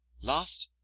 last,